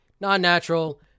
non-natural